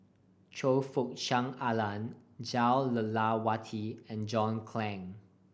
Choe Fook Cheong Alan Jah Lelawati and John Clang